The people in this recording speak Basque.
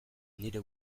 nire